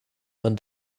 man